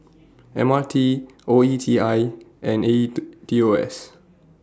M R T O E T I and A E The T O S